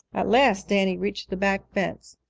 at last danny reached the back fence.